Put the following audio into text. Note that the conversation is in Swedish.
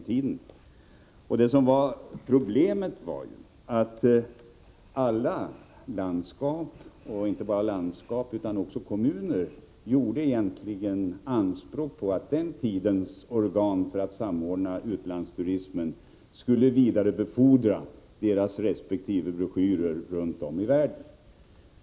Problemet var att egentligen alla landskap och även kommuner gjorde anspråk på att den tidens organ för att samordna utlandsturismen skulle vidarebefordra deras resp. broschyrer runt om i världen.